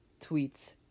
tweets